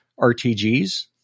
RTGs